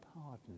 pardon